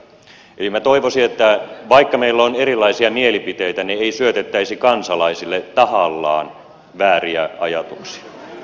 eli minä toivoisin että vaikka meillä on erilaisia mielipiteitä niin ei syötettäisi kansalaisille tahallaan vääriä ajatuksia